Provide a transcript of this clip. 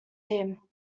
him